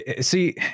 See